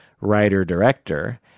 writer-director